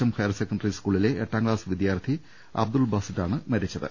M higher secondary സ്കൂളിലെ എട്ടാം class വിദ്യാർത്ഥി അബ്ദുൾ ബാസി താണ് മരിച്ചത്